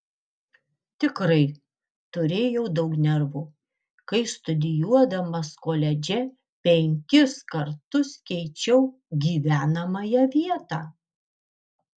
tikrai turėjau daug nervų kai studijuodamas koledže penkis kartus keičiau gyvenamąją vietą